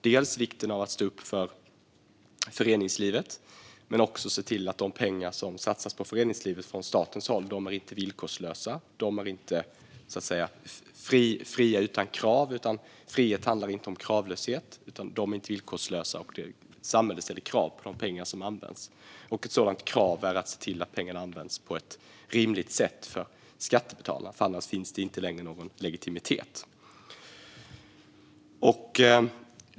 Dels ska vi stå upp för föreningslivet, dels se till att de statliga pengar som satsas på föreningslivet inte är villkorslösa. Frihet handlar inte om kravlöshet, och samhället ska ställa krav. Ett sådant krav är att pengarna används på ett för skattebetalarna rimligt sätt, för annars finns det inte längre någon legitimitet.